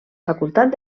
facultat